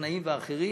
טכנאים ואחרים.